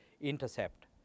intercept